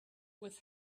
with